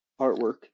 Artwork